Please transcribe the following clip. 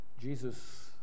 Jesus